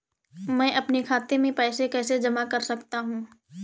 मैं अपने खाते में पैसे कैसे जमा कर सकता हूँ?